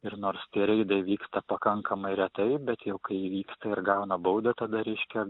ir nors tie reidai vyksta pakankamai retai bet jau kai įvyksta ir gauna baudą tada reiškia